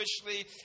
officially